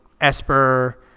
Esper